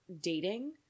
dating